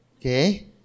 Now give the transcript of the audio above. Okay